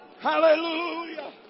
Hallelujah